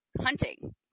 hunting